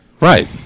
right